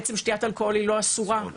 עצם שתיים האלכוהול היא לא אסורה,